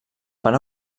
fan